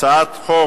הצעת החוק